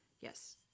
Yes